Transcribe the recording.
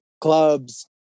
clubs